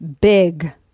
big